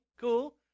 cool